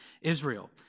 Israel